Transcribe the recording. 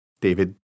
David